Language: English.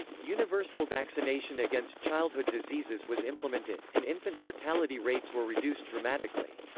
universal vaccination against childhood diseases was implemented, and infant mortality rates were reduced dramatically.